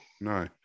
No